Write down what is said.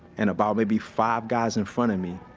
and about maybe five guys in front of me,